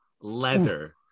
leather